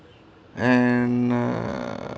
and err